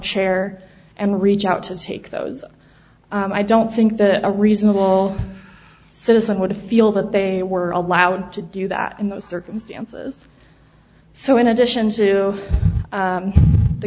chair and reach out to take those off i don't think that a reasonable citizen would feel that they were allowed to do that in those circumstances so in addition to